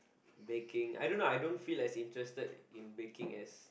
baking I don't know I don't feel as interested in baking as